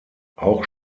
auch